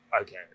okay